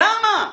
למה?